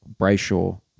Brayshaw